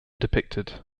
depicted